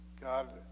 God